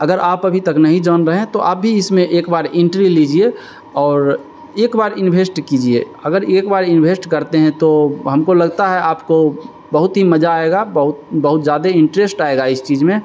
अगर आप अभी तक नहीं जान रहें तो आप भी इसमें एक बार इंट्री लीजिए और एक बार इन्भेस्ट कीजिए अगर एक बार इंवेस्ट करते हैं तो हमको लगता है आपको बहुत ही मज़ा आएगा बहुत बहुत ज़्यादा इंटरेश्ट आएगा इस चीज़ में